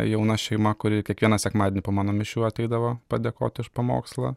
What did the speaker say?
jauna šeima kuri kiekvieną sekmadienį po mano mišių ateidavo padėkoti už pamokslą